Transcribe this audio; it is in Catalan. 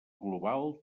global